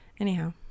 Anyhow